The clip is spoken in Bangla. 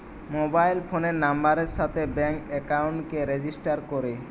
মোবাইল ফোনের নাম্বারের সাথে ব্যাঙ্ক একাউন্টকে রেজিস্টার করে